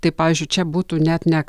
tai pavyzdžiui čia būtų net ne